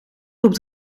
groep